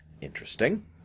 Interesting